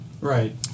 right